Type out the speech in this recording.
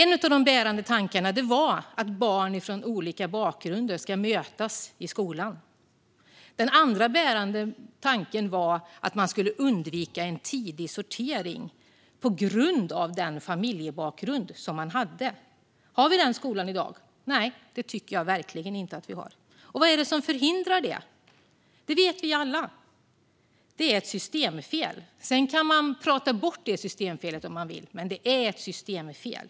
En av de bärande tankarna var att barn från olika bakgrunder ska mötas i skolan. Den andra bärande tanken var att man skulle undvika en tidig sortering utifrån familjebakgrund. Har vi den skolan i dag? Nej, det tycker jag verkligen inte att vi har. Vad är det som förhindrar det? Det vet vi alla. Det är ett systemfel. Sedan kan man prata bort det systemfelet om man vill, men det är ett systemfel.